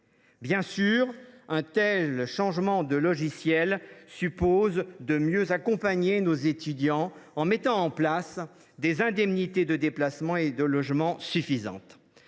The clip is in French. Bien sûr, un tel changement de logiciel suppose de mieux accompagner nos étudiants, notamment en mettant en place des indemnités de déplacement et de logement suffisantes.